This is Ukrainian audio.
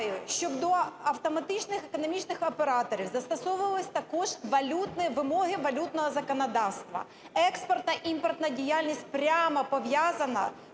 щоб до автоматичних економічних операторів застосовувалися також валютний, вимоги валютного законодавства. Експортно-імпортна діяльність прямо пов'язана